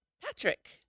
Patrick